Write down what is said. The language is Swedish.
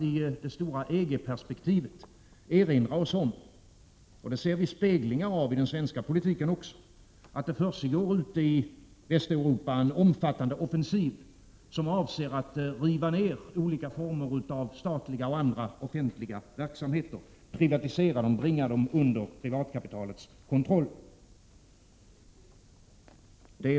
I det stora EG-perspektivet har vi anledning att erinra oss — och det ser vi speglingar av också i den svenska politiken — att det ute i Västeuropa försiggår en omfattande offensiv, i syfte att riva ned olika statliga, offentliga, verksamheter. Man vill privatisera dessa och bringa dem under privatkapitalets kontroll.